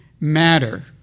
matter